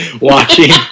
Watching